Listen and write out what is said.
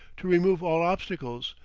to remove all obstacles,